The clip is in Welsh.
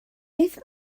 beth